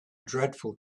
dreadful